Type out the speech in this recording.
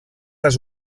les